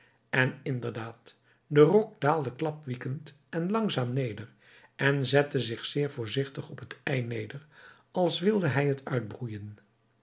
en inderdaad de rok daalde klapwiekend en langzaam neder en zette zich zeer voorzigtig op het ei neder als wilde hij het uitbroeijen